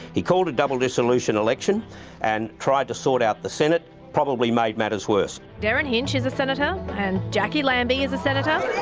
he called a double dissolution election and tried to sort out the senate. probably made matters worse. derryn hinch is a senator and jacqui lambie is a senator,